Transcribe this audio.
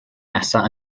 nesaf